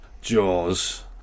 jaws